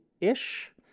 ish